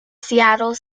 seattle